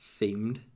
themed